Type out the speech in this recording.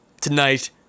Tonight